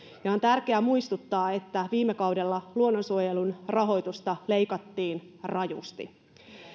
ja on tärkeää muistuttaa että viime kaudella luonnonsuojelun rahoitusta leikattiin rajusti